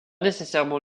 nécessairement